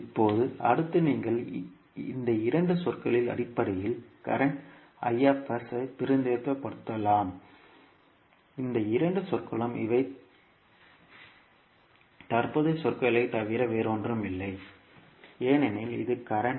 இப்போது அடுத்து நீங்கள் இந்த இரண்டு சொற்களின் அடிப்படையில் current பிரதிநிதித்துவப்படுத்தலாம் இந்த இரண்டு சொற்களும் இவை தற்போதைய சொற்களைத் தவிர வேறொன்றுமில்லை ஏனெனில் இது current